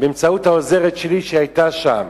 באמצעות העוזרת שלי שהיתה שם.